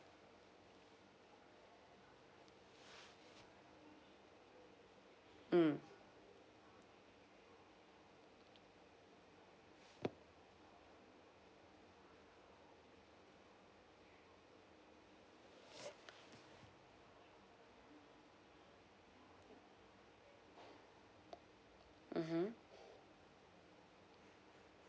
mm mmhmm